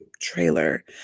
trailer